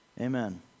amen